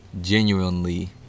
Genuinely